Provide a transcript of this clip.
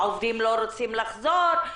העובדים לא רוצים לחזור.